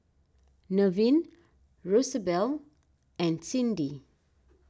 Nevin Rosabelle and Cindi